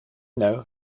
know